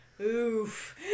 Oof